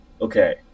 okay